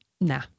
nah